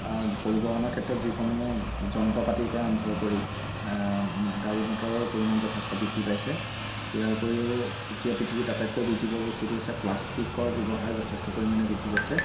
পৰিবহনৰ ক্ষেত্ৰত যিসমূহ যন্ত্ৰপাতিৰ পৰা আৰম্ভ কৰি গাড়ী মটৰৰ পৰিমাণ যথেষ্ট বৃদ্ধি পাইছে ইয়াৰ উপৰিও এতিয়া পৃথিৱীত আটাইতকৈ বৃদ্ধি পোৱা বস্তুটো হৈছে প্লাষ্টিকৰ ব্যৱহাৰ যথেষ্ট পৰিমাণে বৃদ্ধি পাইছে